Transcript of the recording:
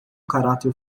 caráter